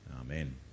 Amen